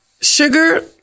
sugar